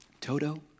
Toto